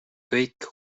kõik